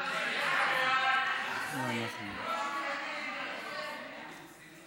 ההצעה להעביר את הצעת חוק שירותי הדת היהודיים (תיקון מס' 23)